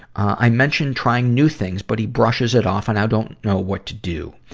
i mentioned trying new things, but he brushes it off and, i don't know what to do.